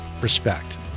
respect